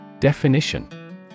Definition